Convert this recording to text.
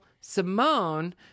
simone